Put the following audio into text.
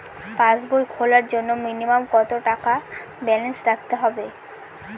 পাসবই খোলার জন্য মিনিমাম কত ব্যালেন্স রাখতে হবে?